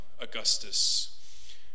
Augustus